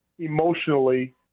emotionally